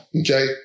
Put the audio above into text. Okay